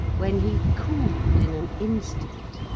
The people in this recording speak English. when he cooled in an instant,